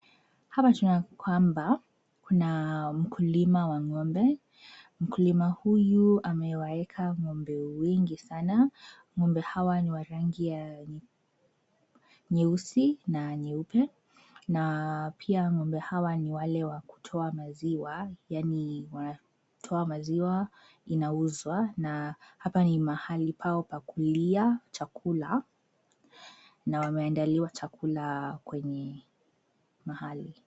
Hapa tunaona kwamba kuna mkulima wa ng'ombe. Mkulima huyu amewaeka ng'ombe wengi sana. Ng'ombe hawa ni wa rangi ya nyeusi na nyeupe na pia ng'ombe hawa ni wale wakutoa maziwa yaani wanatoa maziwa inauzwa na hapa ni mahali pao pa kulia chakula na wameandaliwa chakula kwenye mahali.